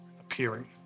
appearing